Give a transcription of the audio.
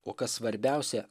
o kas svarbiausia